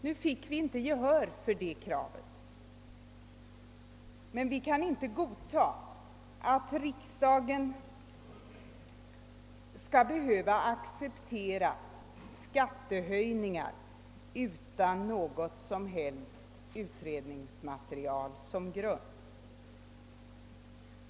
Nu vann vi inte gehör för de kraven, men vi kan inte godta att riksdagen skall behöva acceptera skattehöjningar utan något som helst utredningsmaterial som grund.